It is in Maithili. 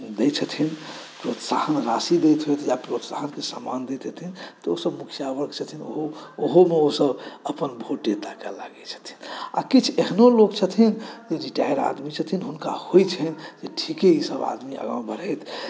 दै छथिन प्रोत्साहन राशि दै छथिन या प्रोत्साहनके समान दै छथिन तऽ ओ सभ मुख्य आवक छथिन ओहोमे ओ सभ अपन वोटे ताकए लागै छथिन आ किछु एहनो लोक छथिन रिटायर्ड आदमी छथिन हुनका होइ छनि ठीके ई सभ आदमी आगाँ बढ़थि